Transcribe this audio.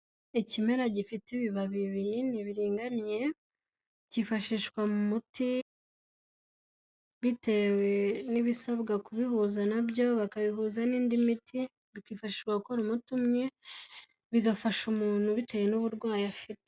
Ikimera gifite ibibabi binini biringaniye kifashishwa mu muti bitewe n'ibisabwa kubihuza nabyo bakabihuza n'indi miti bikifashishwa gukora umuti umwe, bigafasha umuntu bitewe n'uburwayi afite.